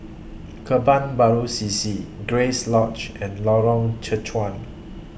Kebun Baru C C Grace Lodge and Lorong Chencharu